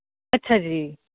ਅੱਛਾ ਜੀ